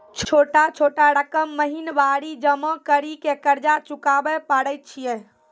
छोटा छोटा रकम महीनवारी जमा करि के कर्जा चुकाबै परए छियै?